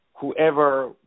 Whoever